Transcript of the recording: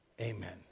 Amen